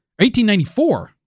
1894